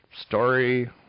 story